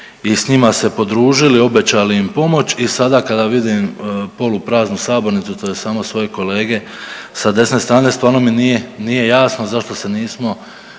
i s njima se podružili, obećali im pomoć i sada kada vidim polu praznu sabornicu tj. tj. samo svoje kolege sa desne strane stvarno mi nije, nije jasno zašto se nismo